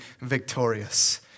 victorious